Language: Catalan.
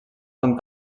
són